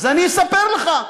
אז אספר לך.